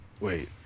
wait